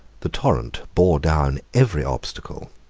the torrent bore down every obstacle,